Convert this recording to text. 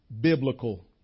biblical